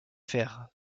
faire